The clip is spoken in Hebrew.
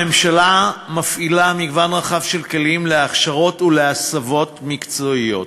הממשלה מפעילה מגוון רחב של כלים להכשרות ולהסבות מקצועיות.